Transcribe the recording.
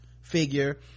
figure